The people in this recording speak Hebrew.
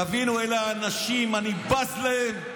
תבינו, אלה האנשים שאני בז להם.